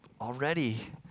Already